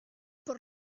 por